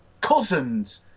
cousins